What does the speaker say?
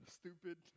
stupid